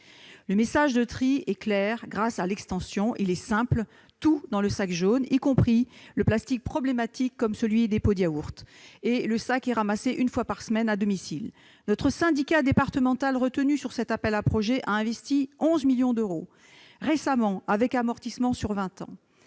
Le message de tri est clair et simple : tout dans le bac jaune, y compris le plastique problématique comme celui des pots de yaourt. Et le bac est ramassé une fois par semaine à domicile. Notre syndicat départemental retenu sur cet appel à projets a investi 11 millions d'euros récemment, avec amortissement sur vingt ans.